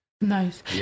Nice